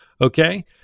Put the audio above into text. okay